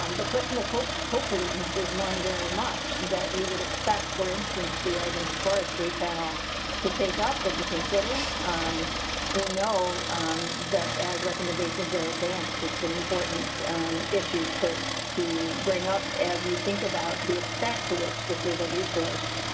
um the question of coke co pollutants is one very much that we would expect. for instance, the egg and forestry panel to take up and to consider we know that as recommendations are advanced, it's an important issue to, to bring up as we think about the extent to which this is a resource.